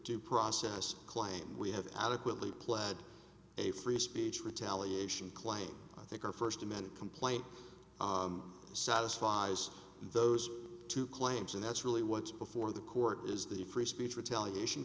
due process claim we have adequately pled a free speech retaliation claim i think our first amended complaint satisfies those two claims and that's really what's before the court is the free speech retaliation